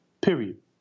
period